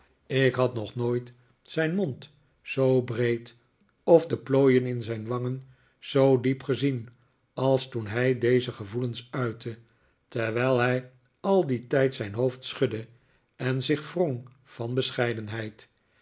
ik had nog nooit zijn mond zoo breed of de plooien in zijn wangen zoo diep gezien als toen hij deze gevoelens uitte terwijl hij al dien tijd zijn hoofd schudde en zich wrong van bescheidenheid